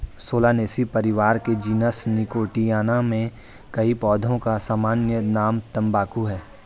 Solanaceae परिवार के genus Nicotiana में कई पौधों का सामान्य नाम तंबाकू है